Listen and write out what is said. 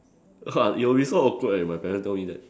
it'll be so awkward leh if my parents told me that